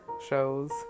shows